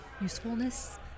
usefulness